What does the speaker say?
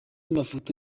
mafoto